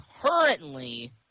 currently